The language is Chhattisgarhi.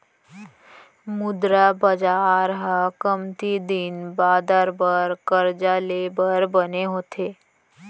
मुद्रा बजार ह कमती दिन बादर बर करजा ले बर बने होथे